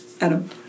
Adam